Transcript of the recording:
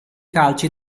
calci